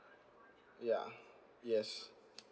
ya yes